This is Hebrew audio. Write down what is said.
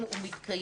האם הוא מתקיים.